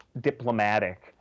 diplomatic